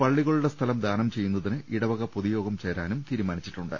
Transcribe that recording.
പള്ളികളുടെ സ്ഥലം ദാനം ചെയ്യുന്നതിന് ഇടവക പൊതുയോഗം ചേരാനും തീരുമാനി ച്ചിട്ടുണ്ട്